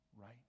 right